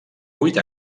vuit